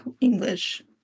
English